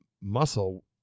muscle